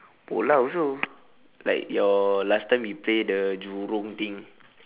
bola also like your last time you play the jurong thing